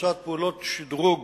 ומבצעת פעולות שדרוג